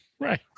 Right